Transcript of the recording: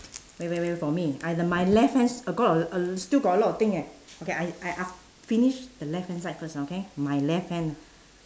wait wait wait for me I the my left hand s~ got a l~ still got a lot of thing eh okay I I I finish the left hand side first okay my left hand